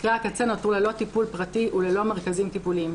"מקרי הקצה נותרו ללא טיפול פרטי וללא מרכזים טיפוליים.